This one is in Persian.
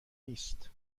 نیست